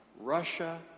Russia